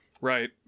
Right